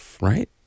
right